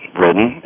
written